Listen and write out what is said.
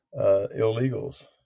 illegals